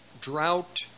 drought